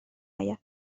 اید